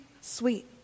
sweet